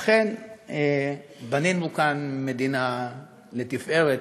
אכן, בנינו כאן מדינה לתפארת,